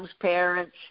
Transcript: parents